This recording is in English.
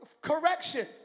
correction